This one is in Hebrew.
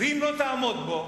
ואם לא תעמוד בו,